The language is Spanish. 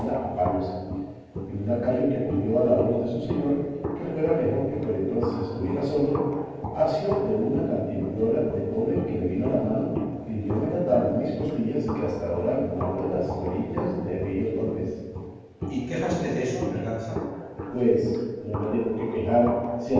a palos y un lacayo que acudió a la voz de su señor que fuera mejor que por entonces estuviera sordo asió de una cantimplora de cobre que le vino a la mano y diómela tal en mis costillas que hasta ahora guardo las reliquias de aquellos golpes cipión y quéjaste deso berganza berganza pues no me tengo de quejar